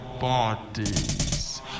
bodies